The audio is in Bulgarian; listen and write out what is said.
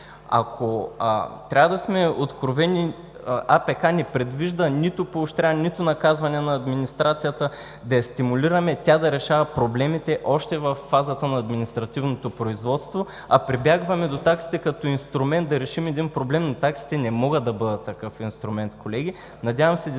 Ако трябва да сме откровени, АПК не предвижда нито поощряване, нито наказване на администрацията да я стимулираме и тя да решава проблемите още във фазата на административното производство, а прибягваме до таксите като инструмент да решим един проблем. Но таксите не могат да бъдат такъв инструмент, колеги. Надявам се дискусията